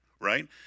right